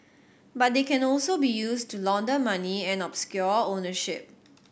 but they can also be used to launder money and obscure ownership